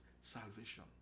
salvation